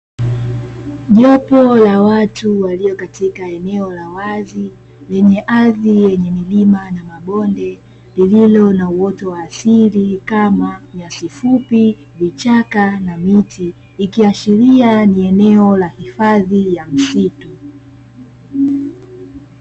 Jopo la watu walio katika eneo la wazi lenye ardhi yenye milima na mabonde, lililo na uoto wa asili kama nyasi fupi vichaka na miti ikiashiria ni eneo la hifadhi ya misitu.